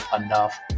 enough